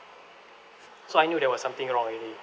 so I knew there was something wrong already